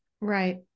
right